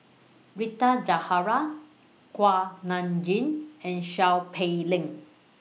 Rita Zahara Kuak Nam Jin and Seow Peck Leng